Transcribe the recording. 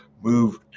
move